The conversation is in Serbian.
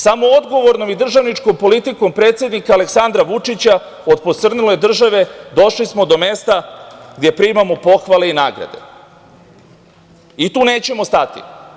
Samo odgovornom i državničkom politikom predsednika Aleksandra Vučića od posrnule države došli smo do mesta gde primamo pohvale i nagrade i tu nećemo stati.